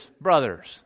brothers